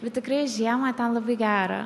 bet tikrai žiemą ten labai gera